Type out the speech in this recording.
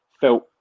felt